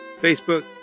Facebook